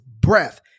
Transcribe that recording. breath